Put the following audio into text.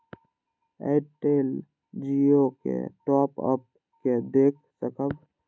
Airtel Jio के top up के देख सकब?